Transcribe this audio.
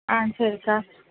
ஆ சரிக்கா